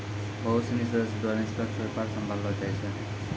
बहुत सिनी सदस्य द्वारा निष्पक्ष व्यापार सम्भाललो जाय छै